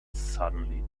suddenly